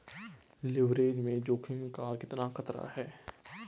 Leverage में जोखिम का कितना खतरा है?